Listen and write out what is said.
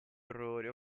orrore